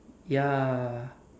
ya